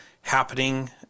happening